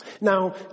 Now